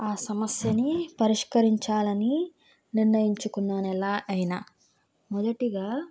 ఆ సమస్యని పరిష్కరించాలి అని నిర్ణయించుకున్నాను ఎలా అయినా మొదటిగా